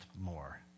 more